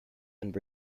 and